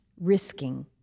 risking